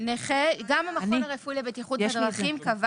נכה שהמכון הרפואי לבטיחות בדרכים קבע